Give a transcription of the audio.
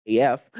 AF